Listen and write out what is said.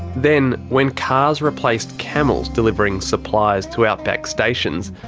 then, when cars replaced camels delivering supplies to outback stations.